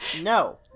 No